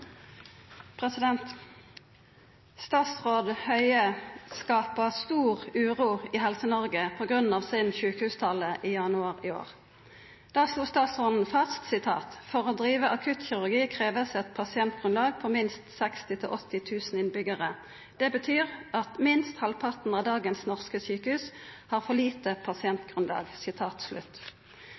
Statsråd Høie har skapt stor uro i Helse-Noreg på grunn av si sjukehustale i januar i år. Der slo statsråden fast: «For å drive akuttkirurgi kreves et pasientgrunnlag på minst 60 til 80 000 innbyggere. Det betyr at minst halvparten av dagens norske sykehus har for lite pasientgrunnlag.»